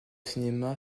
cinéma